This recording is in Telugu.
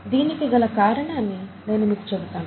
దీనికి గల కారణాన్ని నేను మీకు చెబుతాను